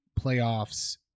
playoffs